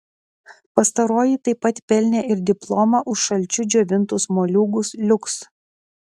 pastaroji taip pat pelnė ir diplomą už šalčiu džiovintus moliūgus liuks